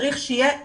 צריך שיהיה קשר.